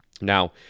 Now